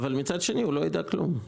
אבל מצד שני הוא לא ידע כלום.